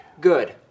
Good